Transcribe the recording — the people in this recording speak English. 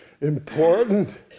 important